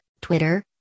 Twitter